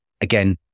again